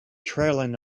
trailing